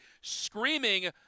screaming